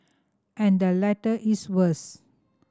and the latter is worse